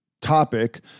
topic